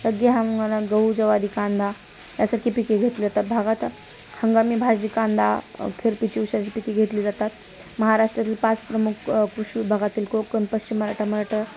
रब्बी हंगमात गहू ज्वारी कांदा यासारखी पिके घेतली जातात भागात हंगामी भाजी कांदा खरिपाची उसाची पिके घेतली जातात महाराष्ट्रातील पाच प्रमुख पुश भागातील कोकण पश्चिम मराठा मराठा